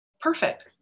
perfect